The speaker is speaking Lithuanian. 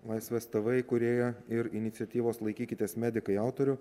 laisvės tv įkūrėją ir iniciatyvos laikykitės medikai autorių